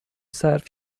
صرف